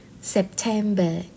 September